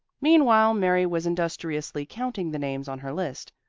meanwhile mary was industriously counting the names on her list,